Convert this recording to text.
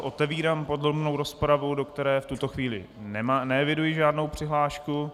Otevírám podrobnou rozpravu, do které v tuto chvíli neevidují žádnou přihlášku.